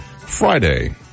Friday